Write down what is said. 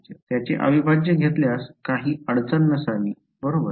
त्याचे अविभाज्य घेतल्यास काही अडचण नसावी बरोबर